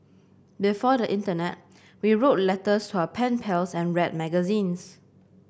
before the internet we wrote letters to our pen pals and read magazines